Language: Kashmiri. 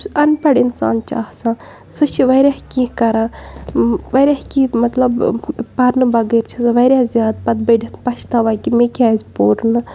یُس اَن پَڑ اِنسان چھُ آسان سُہ چھِ واریاہ کینٛہہ کَران واریاہ کینٛہہ مطلب پَرنہٕ بَغٲر چھِ سۄ واریاہ زیادٕ پَتہٕ بٔڑِتھ پَشتاوان کہِ مےٚ کیازِ پوٚر نہٕ